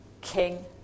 king